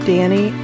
Danny